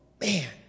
man